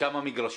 בכמה מגרשים?